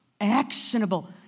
Actionable